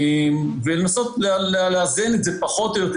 ולנסות לאזן פחות או יותר.